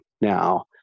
now